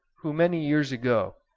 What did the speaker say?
who many years ago,